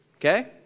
Okay